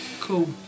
Cool